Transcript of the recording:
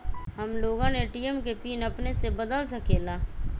हम लोगन ए.टी.एम के पिन अपने से बदल सकेला?